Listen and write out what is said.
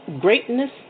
Greatness